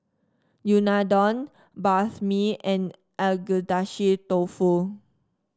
Unadon Banh Mi and Agedashi Dofu